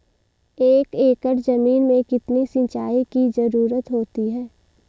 एक एकड़ ज़मीन में कितनी सिंचाई की ज़रुरत होती है?